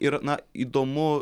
ir na įdomu